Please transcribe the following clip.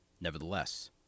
Nevertheless